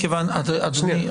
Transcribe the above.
אדוני,